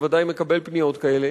בוודאי מקבל פניות כאלה,